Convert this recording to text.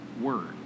Word